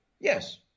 yes